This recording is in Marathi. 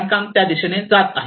खाणकाम त्या दिशेने जात आहे